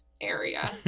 area